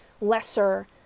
lesser